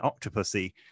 Octopussy